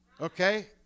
okay